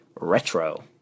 retro